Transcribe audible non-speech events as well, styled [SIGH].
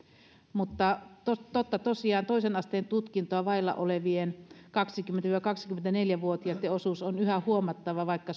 mutta totta totta tosiaan toisen asteen tutkintoa vailla olevien kaksikymmentä viiva kaksikymmentäneljä vuotiaitten osuus on yhä huomattava vaikka [UNINTELLIGIBLE]